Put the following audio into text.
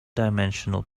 dimensional